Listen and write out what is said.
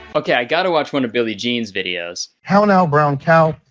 okay. i gotta watch one of billy gene's videos. how now, brown cow.